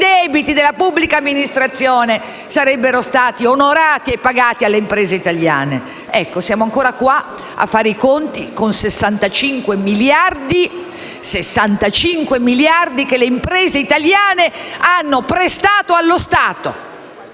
debiti della pubblica amministrazione sarebbero stati onorati e pagati alle imprese italiane? Ecco, siamo ancora qua a fare i conti con 65 miliardi - ripeto 65 miliardi - che le imprese italiane hanno prestato allo Stato